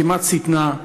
כמעט שטנה,